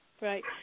Right